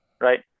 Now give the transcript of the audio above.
Right